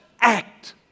act